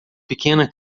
pequena